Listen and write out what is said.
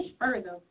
further